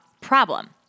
problem